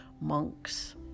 monks